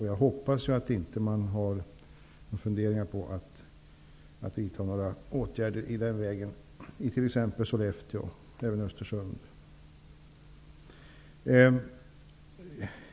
Jag hoppas att man inte har funderingar på att vidta några åtgärder i den vägen i t.ex. Sollefteå eller i Östersund.